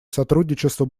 сотрудничество